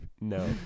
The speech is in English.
No